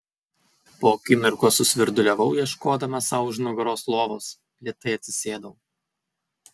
po akimirkos susvirduliavau ieškodama sau už nugaros lovos lėtai atsisėdau